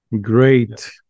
great